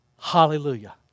hallelujah